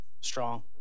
strong